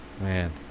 man